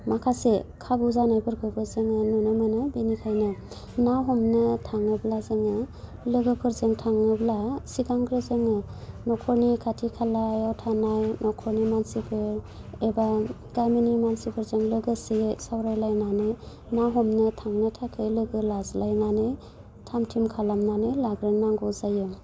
माखासे खाबु जानायफोरखौबो जोङो नुनो मोनो बेनिखायनो ना हमनो थाङोब्ला जोङो लोगोफोरजों थाङोब्ला सिगांग्रो जोङो नख'रनि खाथि खालायाव थानाय नख'रनि मानसिफोर एबा गामिनि मानसिफोरजों लोगोसेयै सावरायलायनानै ना हमनो थांनो थाखाय लोगो लाज्लायनानै थाम थिम खालामनानै लाग्रोनांगौ जायो